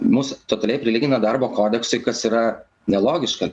mus totaliai prilygina darbo kodeksui kas yra nelogiška